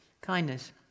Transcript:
Kindness